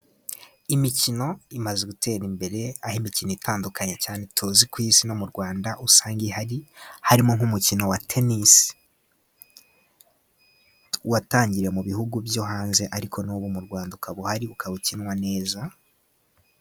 Imikino imaze gutera imbere, aho imikino itandukanye cyane tuzi ku isi no mu Rwanda, usanga ihari, harimo nk'umukino wa tenisi watangiriye mu bihugu byo hanze, ariko n'ubu mu Rwanda ukaba uhari, ukaba ukinwa neza.